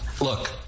Look